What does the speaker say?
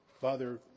Father